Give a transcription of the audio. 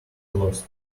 lost